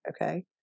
okay